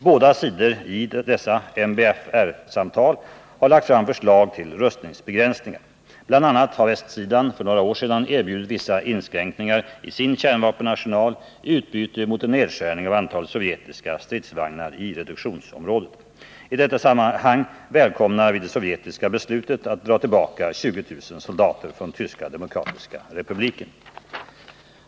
Båda sidor har i MBFR-samtalen lagt fram förslag till rustningsbegränsningar. Bl. a. har västsidan för några år sedan erbjudit sig att göra vissa inskränkningar i sin kärnvapenarsenal i utbyte mot en nedskärning av antalet sovjetiska stridsvagnar i reduktionsområdet. I detta sammanhang välkomnar vi det sovjetiska beslutet att dra tillbaka 20 000 soldater från Tyska demokratiska republiken.